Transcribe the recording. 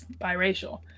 biracial